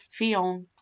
Fion